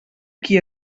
qui